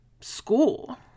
school